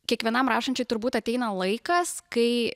kiekvienam rašančiui turbūt ateina laikas kai